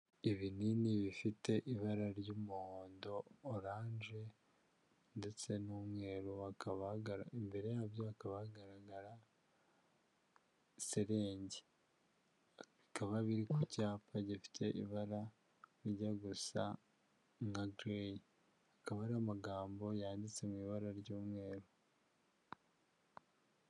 Ibinini bifite ibara ry'umuhondo oranje ndetse n'umweru wakabagara imbere yabyo hakaba hagaragara selenge, bikaba biri ku cyapa gifite ibara bijya gusa nka gereyi akaba ari amagambo yanditse mu ibara ry'umweru.